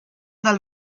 dal